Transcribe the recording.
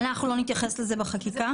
אנחנו לא נתייחס לזה בחקיקה.